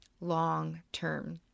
long-term